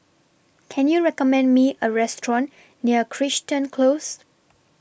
Can YOU recommend Me A Restaurant near Crichton Close